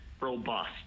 robust